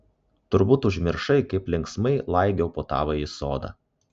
turbūt užmiršai kaip linksmai laigiau po tavąjį sodą